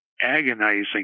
agonizing